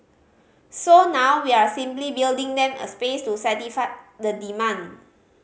so now we're simply building them a space to satisfy the demand